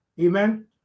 Amen